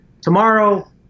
tomorrow